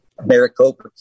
Maricopa